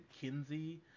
Kinsey